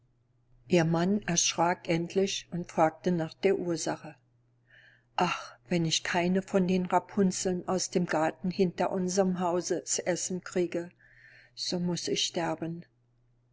ihr mann erschrack endlich und fragte nach der ursache ach wenn ich keine von den rapunzeln aus dem garten hinter unserm haus zu essen kriege so muß ich sterben